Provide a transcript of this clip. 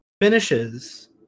finishes